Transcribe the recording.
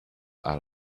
out